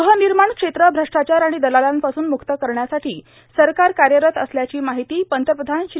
गृहनिर्माण क्षेत्र प्रष्टाचार आणि दतातांपासून मुक्त करण्यासाठी सरक्वर कार्यरत असल्याची माहिती पंतप्रधान श्री